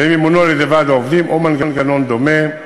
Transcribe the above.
והם ימונו על-ידי ועד העובדים או מנגנון דומה.